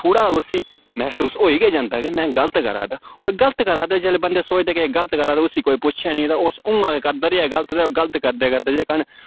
थोह्ड़ा उसी महसूस होई गै जन्दा की में गलत करा दा होर गलत करा दा जेल्लै बन्दा सोचदे कि गलत करा दा उसी कोई पुच्छे निं ते उस उ'आं गै करदा रेहा गलत ते गलत करदे करदे जेह्का ना